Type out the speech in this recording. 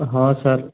ହଁ ସାର୍